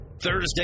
Thursday